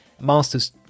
Master's